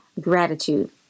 Gratitude